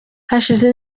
hashize